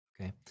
Okay